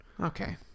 Okay